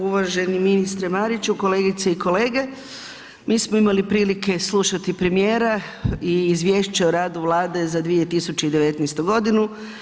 Uvaženi ministre Mariću, kolegice i kolege, mi smo imali prilike slušati premijera i Izvješće o radu Vlade za 2019. godinu.